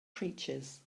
creatures